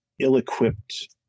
ill-equipped